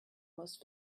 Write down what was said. most